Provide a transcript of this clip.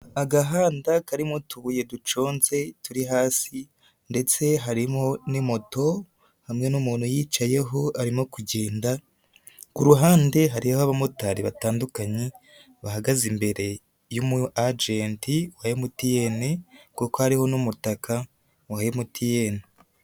Agahanda karimo utubuye duconze turi hasi ndetse harimo n'imoto hamwe n'umuntu uyicayeho arimo kugenda, ku ruhande hariho abamotari batandukanye bahagaze imbere y'umu agenti wa emutiyene kuko hariho n'umutaka wa emutiyene.